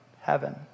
heaven